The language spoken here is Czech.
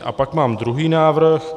A pak mám druhý návrh.